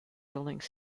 buildings